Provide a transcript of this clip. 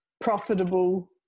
profitable